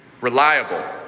reliable